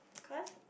cause